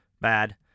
bad